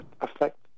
affect